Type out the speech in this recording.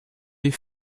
des